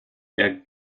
der